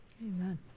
Amen